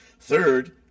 Third